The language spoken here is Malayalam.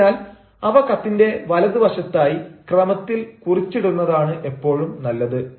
അതിനാൽ അവ കത്തിന്റെ വലതുവശത്തായി ക്രമത്തിൽ കുറിച്ചിടുന്നതാണ് എപ്പോഴും നല്ലത്